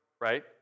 right